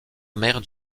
mère